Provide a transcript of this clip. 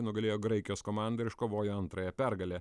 nugalėjo graikijos komandą ir iškovojo antrąją pergalę